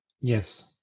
Yes